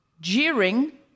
jeering